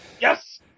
Yes